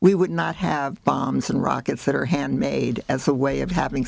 we would not have bombs and rockets that are handmade as a way of having